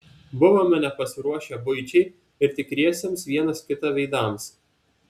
buvome nepasiruošę buičiai ir tikriesiems vienas kito veidams